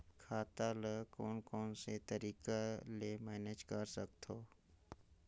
खाता ल कौन कौन से तरीका ले मैनेज कर सकथव?